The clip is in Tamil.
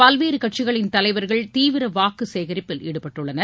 பல்வேறு கட்சிகளின் தலைவர்கள் தீவிர வாக்கு சேகரிப்பில் ஈடுபட்டுள்ளனர்